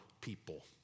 people